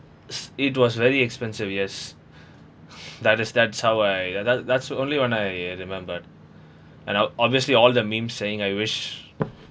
s~ it was very expensive yes that is that's how I that's that's the only when I remembered and I'll obviously all the meme saying I wish